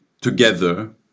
together